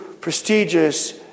prestigious